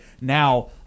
Now